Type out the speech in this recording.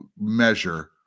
measure